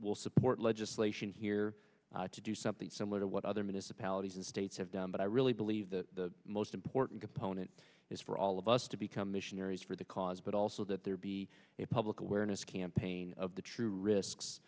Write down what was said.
will support legislation here to do something similar to what other municipalities and states have done but i really believe the most important component is for all of us to become missionaries for the cause but also that there be a public awareness campaign of the true risks